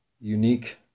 unique